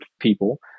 people